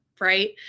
Right